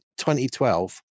2012